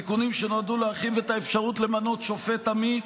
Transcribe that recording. תיקונים שנועדו להרחיב את האפשרות למנות שופט עמית,